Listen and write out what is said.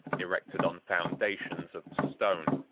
erected on foundations of stone.